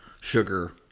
sugar